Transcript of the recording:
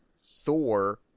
Thor